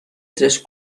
tres